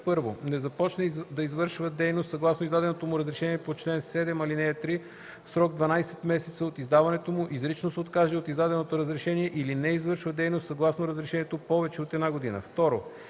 1. не започне да извършва дейност съгласно издаденото разрешение по чл. 7, ал. 3 в срок 12 месеца от издаването му, изрично се откаже от издаденото разрешение или не извършва дейност съгласно разрешението повече от една година; 2.